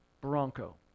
Bronco